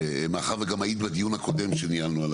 מאחר וגם היית בדיון הקודם שניהלנו על